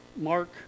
Mark